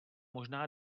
možná